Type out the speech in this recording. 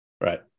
Right